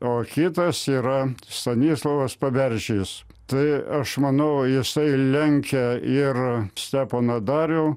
o kitas yra stanislovas paberžis tai aš manau jisai lenkia ir steponą darių